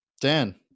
Dan